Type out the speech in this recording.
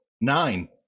Nine